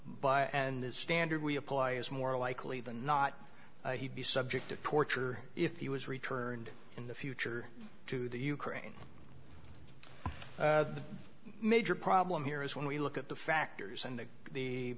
by and that standard we apply is more likely than not he'd be subject to torture if he was returned in the future to the ukraine the major problem here is when we look at the factors and the